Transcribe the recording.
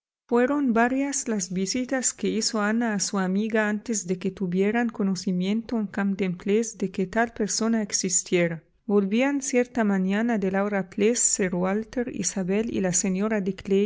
fueron varias las visitas que hizo ana a su amiga antes de que tuvieran conocimiento en camden place de que tal persona existiera volvían cierta mañana de laura place sir walter isabel y la señora